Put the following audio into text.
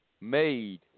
Made